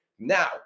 Now